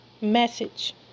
message